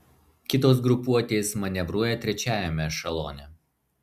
kitos grupuotės manevruoja trečiajame ešelone